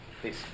Please